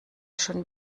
schon